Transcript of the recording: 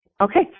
Okay